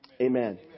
amen